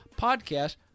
podcast